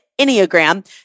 Enneagram